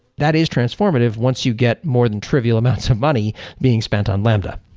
that is transformative once you get more than trivial amounts of money being spent on lambda.